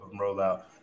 rollout